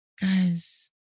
guys